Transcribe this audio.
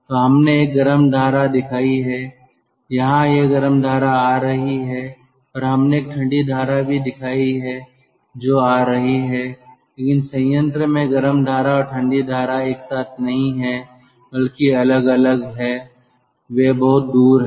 तो हमने एक गर्म धारा दिखाई है यहाँ यह गर्म धारा आ रही है और हमने एक ठंडी धारा भी दिखाई है जो आ रही है लेकिन संयंत्र में गर्म धारा और ठंडी धारा एक साथ नहीं है बल्कि अलग है वे बहुत दूर हैं